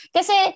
Kasi